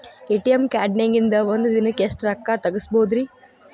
ATM ಕಾರ್ಡ್ನ್ಯಾಗಿನ್ದ್ ಒಂದ್ ದಿನಕ್ಕ್ ಎಷ್ಟ ರೊಕ್ಕಾ ತೆಗಸ್ಬೋದ್ರಿ?